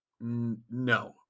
no